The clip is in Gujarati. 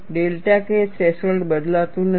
ડેલ્ટા K થ્રેશોલ્ડ બદલાતું નથી